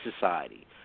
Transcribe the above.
society